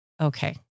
okay